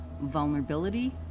vulnerability